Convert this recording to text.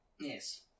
Yes